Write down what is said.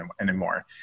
anymore